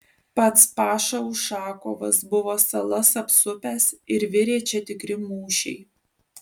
pats paša ušakovas buvo salas apsupęs ir virė čia tikri mūšiai